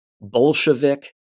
Bolshevik